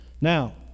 Now